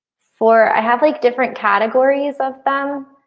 for i have like different categories of them.